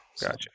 gotcha